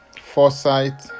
foresight